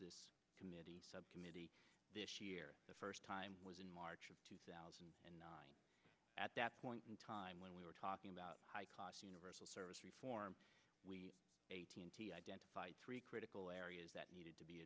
this committee subcommittee this year the first time was in march of two thousand and nine at that point in time when we were talking about high cost universal service reform we identified three critical areas that needed to be